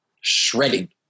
Shredding